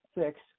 six